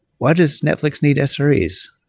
why does netflix need ah sres?